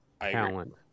talent